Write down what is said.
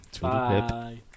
bye